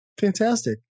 fantastic